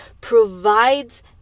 provides